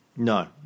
No